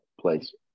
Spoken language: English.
place